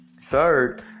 Third